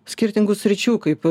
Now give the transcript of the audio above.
skirtingų sričių kaip